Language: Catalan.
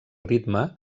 ritme